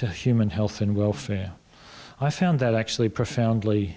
to human health and welfare i found that actually profoundly